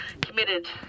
committed